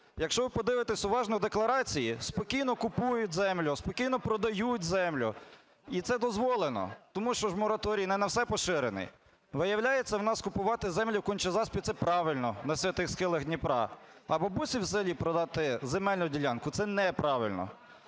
Якщо ви подивитесь уважно в декларації, спокійно купують землю, спокійно продають землю, і це дозволено, тому що ж мораторій не на все поширений. Виявляється, у нас купувати землю в Конча-Заспі це правильно, на святих схилах Дніпра, а бабусі в селі продати земельну ділянку це неправильно.